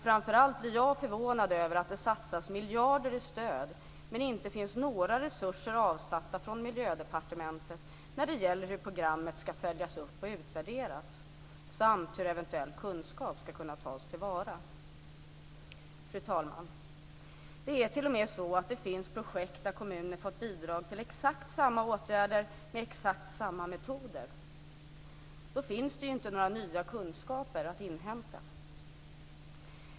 Framför allt blir jag förvånad över att det satsas miljarder i stöd, men att det inte finns några resurser avsatta från Miljödepartementet när det gäller hur programmet ska följas upp och utvärderas samt hur eventuell kunskap ska kunna tas till vara. Fru talman! Det är t.o.m. så att det finns projekt där kommuner har fått bidrag till exakt samma åtgärder med exakt samma metoder. Då finns det ju inte några nya kunskaper att inhämta.